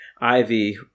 ivy